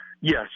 Yes